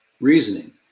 reasoning